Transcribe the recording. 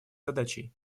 задачей